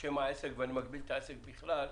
שם העסק, ואני מגביל את העסק בכלל,